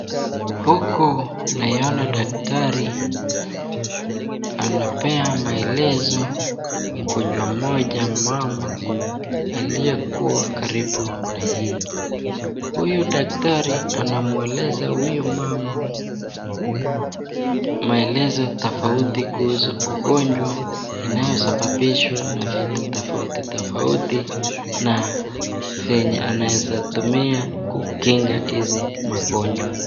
Huku naiyona daktari anapea maelezo mgonjwa moja mama aliyekuwa karibu na yeye, huyu daktari anaeleza huyu mama maelezo tafauti kuhusu ugonjwa inayosabanishwa na vitu tafauti tafauti na vyenye anaeza tumia kukinga hizi magonjwa.